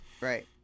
right